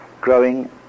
growing